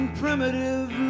primitive